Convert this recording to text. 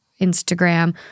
Instagram